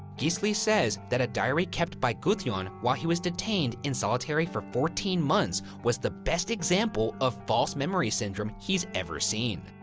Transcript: gisli says that a diary kept by gudjon while he was detained in solitary for fourteen months was the best example of false memory syndrome he's ever seen.